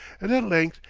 and at length,